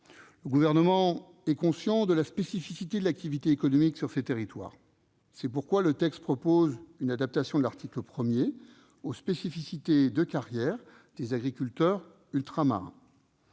Le Gouvernement est conscient de la spécificité de l'activité économique sur ces territoires. C'est pourquoi le texte propose une adaptation de l'article 1 aux spécificités de carrière des agriculteurs ultramarins.